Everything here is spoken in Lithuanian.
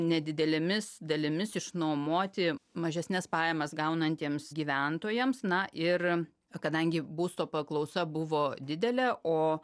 nedidelėmis dalimis išnuomoti mažesnes pajamas gaunantiems gyventojams na ir o kadangi būsto paklausa buvo didelė o